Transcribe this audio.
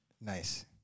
nice